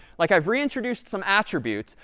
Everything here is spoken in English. like, i've reintroduced some attributes,